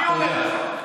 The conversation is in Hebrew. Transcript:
אני אומר לך.